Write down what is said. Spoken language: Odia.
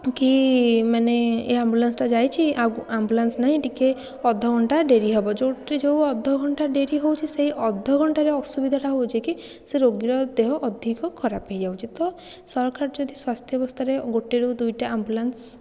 କି ମାନେ ଏଇ ଆମ୍ବୁଲାନ୍ସଟା ଯାଇଛି ଆଉ ଆମ୍ବୁଲାନ୍ସ ନାହିଁ ଟିକିଏ ଅଧଘଣ୍ଟା ଡେରି ହେବ ଯେଉଁଟି ଯେଉଁ ଅଧଘଣ୍ଟା ଡେରି ହେଉଛି ସେଇ ଅଧଘଣ୍ଟାରେ ଅସୁବିଧାଟା ହେଉଛିକି ସେ ରୋଗୀର ଦେହ ଅଧିକ ଖରାପ ହେଇଯାଉଛି ତ ସରକାର ଯଦି ସ୍ୱାସ୍ଥ୍ୟ ବ୍ୟବସ୍ଥାରେ ଗୋଟେରୁ ଦୁଇଟା ଆମ୍ବୁଲାନ୍ସ